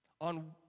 On